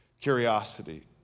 curiosity